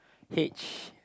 H